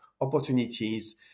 opportunities